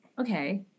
Okay